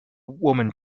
woman